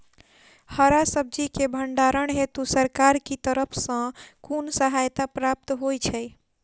हरा सब्जी केँ भण्डारण हेतु सरकार की तरफ सँ कुन सहायता प्राप्त होइ छै?